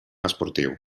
esportiu